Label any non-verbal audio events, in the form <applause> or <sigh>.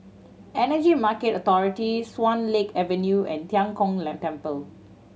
Energy Market Authority Swan Lake Avenue and Tian Kong <unintelligible> Temple